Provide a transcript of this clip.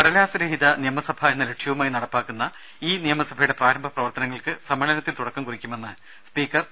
കടലാസ് രഹിത നിയമസഭ എന്ന ലക്ഷ്യവുമായി നടപ്പാക്കുന്ന ഇ നിയമസഭ യുടെ പ്രാരംഭ പ്രവർത്തനങ്ങൾക്ക് സമ്മേളനത്തിൽ തുടക്കം കുറിക്കുമെന്ന് സ്പീക്കർ പി